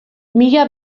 mila